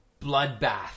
Bloodbath